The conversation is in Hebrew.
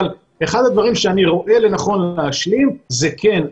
אבל אחד הדברים שאני רואה לנכון להשלים זה כן,